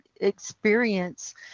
experience